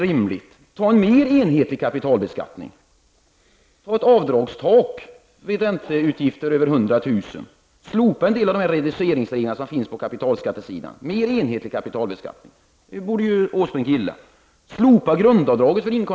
Interpellantens fråga var ju vidare.